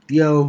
yo